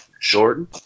Jordan